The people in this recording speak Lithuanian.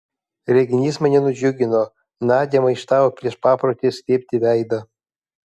reginys mane nudžiugino nadia maištavo prieš paprotį slėpti veidą